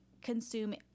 consume